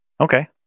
Okay